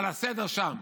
על הסדר שם.